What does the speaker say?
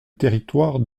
territoire